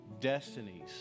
destinies